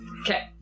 Okay